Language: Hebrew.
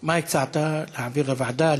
מה הצעת, להעביר לוועדה?